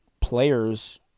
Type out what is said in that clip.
players